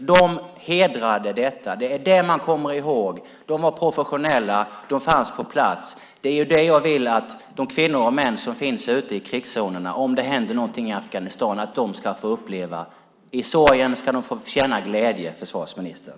De hedrade detta. Det är det man kommer ihåg. De var professionella och fanns på plats. Det är det jag vill att de kvinnor och män som finns ute i krigszonerna i Afghanistan ska få uppleva om det händer någonting. I sorgen ska de få känna glädje, försvarsministern.